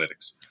analytics